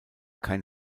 kein